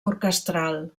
orquestral